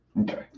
Okay